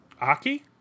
Aki